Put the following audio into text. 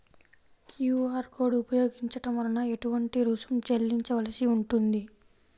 QR code ఉపయోగించటం వలన ఏటువంటి రుసుం చెల్లించవలసి ఉంటుంది?